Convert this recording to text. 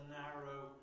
narrow